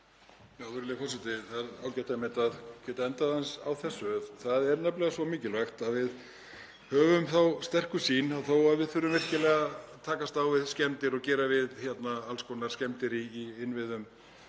Það er einmitt ágætt að geta endað á þessu. Það er nefnilega svo mikilvægt að við höfum þá sterku sýn að þó að við þurfum virkilega að takast á við skemmdir og gera við alls konar skemmdir í innviðum